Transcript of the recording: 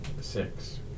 Six